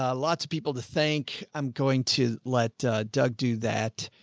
ah lots of people to thank, i'm going to let doug do that,